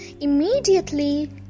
immediately